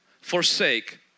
forsake